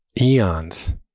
eons